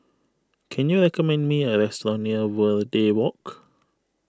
can you recommend me a restaurant near Verde Walk